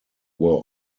were